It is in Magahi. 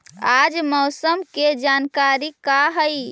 आज मौसम के जानकारी का हई?